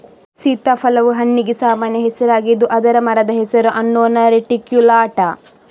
ಸೀತಾಫಲವು ಹಣ್ಣಿಗೆ ಸಾಮಾನ್ಯ ಹೆಸರಾಗಿದ್ದು ಅದರ ಮರದ ಹೆಸರು ಅನ್ನೊನಾ ರೆಟಿಕ್ಯುಲಾಟಾ